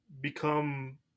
become